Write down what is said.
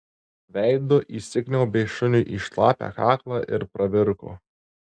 veidu įsikniaubė šuniui į šlapią kaklą ir pravirko